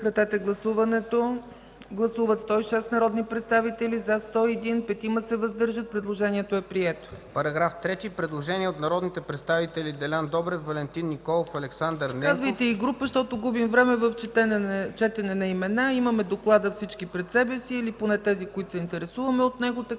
Параграф 3. Предложение от народни представители Делян Добрев, Валентин Николов, Александър Ненков.